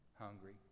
Hungry